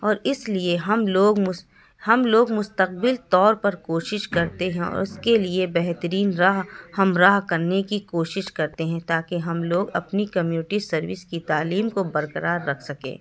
اور اس لیے ہم لوگ مس ہم لوگ مستقل طور پر کوشش کرتے ہیں اور اس کے لیے بہترین راہ ہمراہ کرنے کی کوشش کرتے ہیں تاکہ ہم لوگ اپنی کمیونٹی سروس کی تعلیم کو برقرار رکھ سکیں